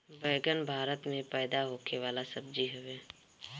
बैगन भारत में पैदा होखे वाला सब्जी हवे